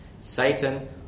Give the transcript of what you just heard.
Satan